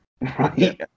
right